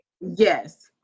yes